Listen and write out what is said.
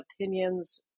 opinions